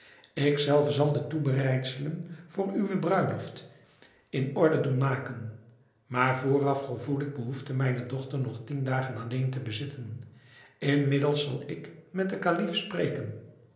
ik zelve zal de toebereidselen voor uwe bruiloft in orde doen maken maar vooraf gevoel ik behoefte mijne dochter nog tien dagen alleen te bezitten inmiddels zal ik met den kalif spreken